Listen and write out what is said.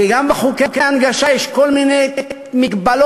כי גם בחוקי ההנגשה יש כל מיני מגבלות.